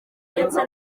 ndetse